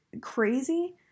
crazy